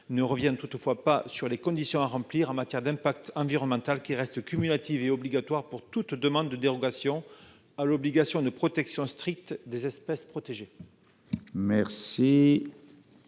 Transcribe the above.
ne reviennent toutefois pas sur les conditions à remplir, en matière d'impact environnemental qui reste cumulative est obligatoire pour toute demande de dérogation à l'obligation de protection stricte des espèces protégées. Merci.